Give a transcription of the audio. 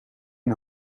een